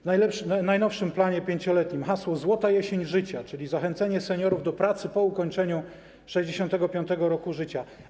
W najnowszym planie 5-letnim, hasło „Złota jesień życia”, czyli zachęcenie seniorów do pracy po ukończeniu 65. roku życia.